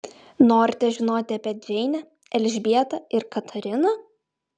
norite žinoti apie džeinę elžbietą ir katariną